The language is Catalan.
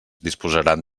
disposaran